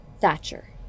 Thatcher